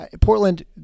Portland